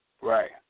Right